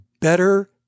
better